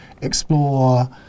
explore